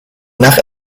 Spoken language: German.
nach